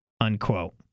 unquote